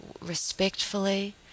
respectfully